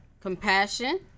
compassion